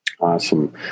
Awesome